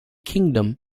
kingdom